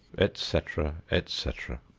et cetera, et cetera.